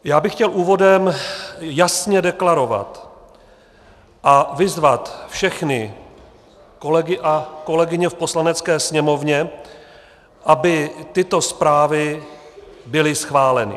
Já bych chtěl úvodně jasně deklarovat a vyzvat všechny kolegy a kolegyně v Poslanecké sněmovně, aby tyto zprávy byly schváleny.